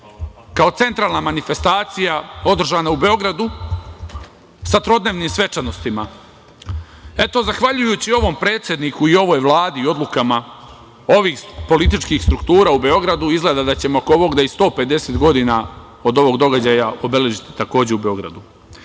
kao centralna manifestacija održana u Beogradu sa trodnevnim svečanostima. Eto, zahvaljujući ovom predsedniku i ovoj Vladi i odlukama ovih političkih struktura u Beogradu izgleda da ćemo oko ovog da i 150 godina od ovog događaja obeležiti takođe u Beogradu. Ovo